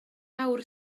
awr